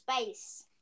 space